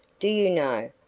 do you know,